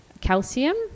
calcium